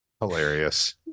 Hilarious